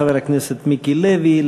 חבר הכנסת מיקי לוי,